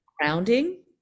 grounding